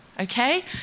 Okay